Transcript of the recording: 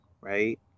Right